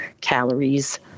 calories